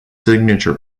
signature